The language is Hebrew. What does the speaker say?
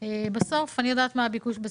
אני יודעת מה הביקוש בשדרות,